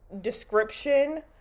description